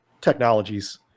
technologies